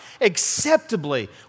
acceptably